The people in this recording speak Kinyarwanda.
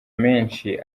menshi